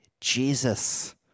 Jesus